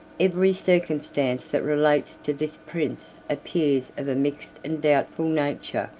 every circumstance that relates to this prince appears of a mixed and doubtful nature